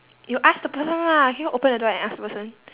you ask the person lah can you open the door and ask the person